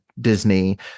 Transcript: Disney